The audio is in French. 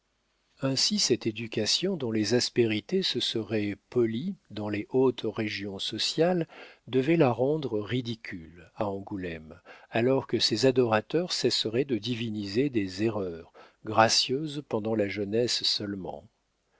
ainsi cette éducation dont les aspérités se seraient polies dans les hautes régions sociales devait la rendre ridicule à angoulême alors que ses adorateurs cesseraient de diviniser des erreurs gracieuses pendant la jeunesse seulement